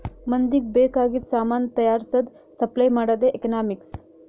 ಮಂದಿಗ್ ಬೇಕ್ ಆಗಿದು ಸಾಮಾನ್ ತೈಯಾರ್ಸದ್, ಸಪ್ಲೈ ಮಾಡದೆ ಎಕನಾಮಿಕ್ಸ್